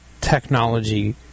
technology